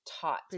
taught